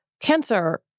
Cancer